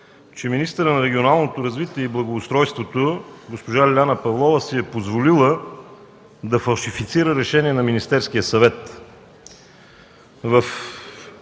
че министърът на регионалното развитие и благоустройството госпожа Лиляна Павлова си е позволила да фалшифицира решение на Министерския съвет.